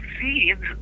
seeds